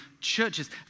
churches